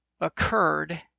occurred